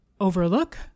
overlook